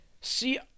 See